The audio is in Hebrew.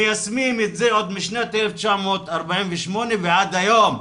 מיישמים את זה עוד משנת 1948 ועד היום.